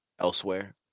elsewhere